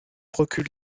recul